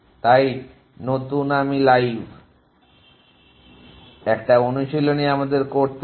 তাই নতুন আমি লাইভ I একটা অনুশীলনী আমাদের করতে হবে